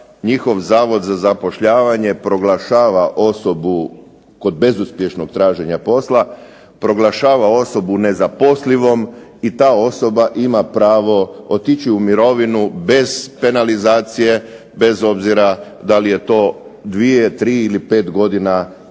njihov Zavod za zapošljavanje proglašava osobu kod bezuspješnog traženja posla, proglašava osobu nezaposlivom i ta osoba ima pravo otići u mirovinu bez penalizacije, bez obzira da li je to dvije, tri ili pet godina prije